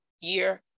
year